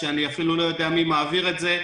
שאני אפילו לא יודע מי מעביר את זה.